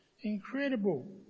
incredible